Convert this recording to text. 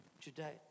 today